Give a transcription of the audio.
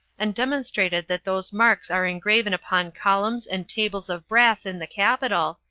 and demonstrated that those marks are engraven upon columns and tables of brass in the capitol,